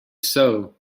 sow